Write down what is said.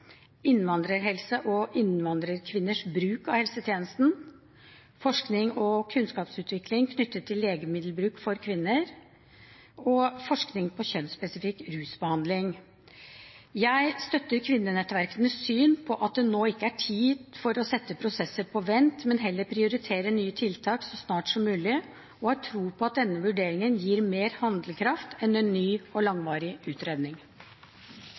innvandrerhelse og innvandrerkvinners bruk av helsetjenesten, forskning og kunnskapsutvikling knyttet til legemiddelbruk for kvinner og forskning på kjønnsspesifikk rusbehandling. Jeg støtter kvinnenettverkenes syn på at det nå ikke er tid for å sette prosesser på vent, men heller prioritere nye tiltak så snart som mulig, og har tro på at denne vurderingen gir mer handlekraft enn en ny og langvarig utredning.